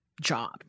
job